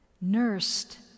nursed